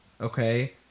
Okay